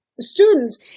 students